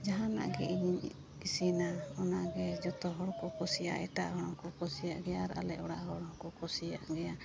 ᱡᱟᱦᱟᱱᱟᱜ ᱜᱮ ᱤᱧᱤᱧ ᱤᱥᱤᱱᱟ ᱚᱱᱟᱜᱮ ᱡᱚᱛᱚ ᱦᱚᱲ ᱠᱚ ᱠᱩᱥᱤᱭᱟᱜᱼᱟ ᱮᱴᱟᱜ ᱦᱚᱲ ᱦᱚᱸᱠᱚ ᱠᱩᱥᱤᱭᱟᱜ ᱜᱮᱭᱟ ᱟᱨ ᱟᱞᱮ ᱚᱲᱟᱜ ᱦᱚᱲ ᱦᱚᱸᱠᱚ ᱠᱩᱥᱤᱭᱟᱜ ᱜᱮᱭᱟ